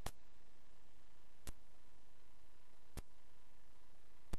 חלק בלתי נפרד מהדיאלוג המתמיד המתקיים בין המדינות.